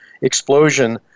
explosion